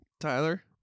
Tyler